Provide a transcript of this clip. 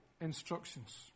instructions